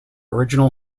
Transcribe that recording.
original